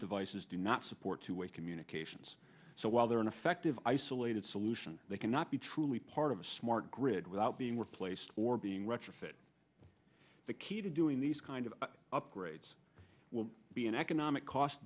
devices do not support two way communications so while there an effective isolated solution they cannot be truly part of a smart grid without being replaced or being retrofit the key to doing these kind of upgrades will be an economic cost